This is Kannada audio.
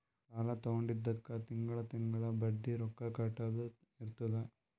ಸಾಲಾ ತೊಂಡಿದ್ದುಕ್ ತಿಂಗಳಾ ತಿಂಗಳಾ ಬಡ್ಡಿ ರೊಕ್ಕಾ ಕಟ್ಟದ್ ಇರ್ತುದ್